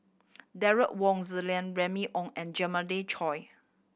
Derek Wong Zi Liang Remy Ong and Jeremiah Choy